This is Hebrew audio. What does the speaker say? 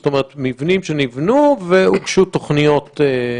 זאת אומרת, מבנים שנבנו והוגשו תוכניות.